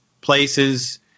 places